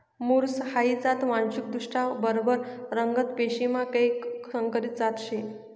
मुर्स हाई जात वांशिकदृष्ट्या बरबर रगत पेशीमा कैक संकरीत जात शे